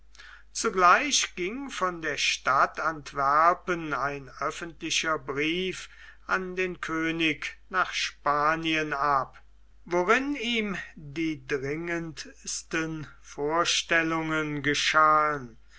zugleich ging von der stadt antwerpen ein öffentlicher brief an den könig nach spanien ab worin ihm die dringendsten vorstellungen geschahen